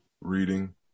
Reading